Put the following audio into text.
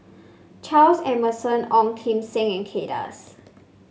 Charles Emmerson Ong Kim Seng and Kay Das